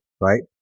right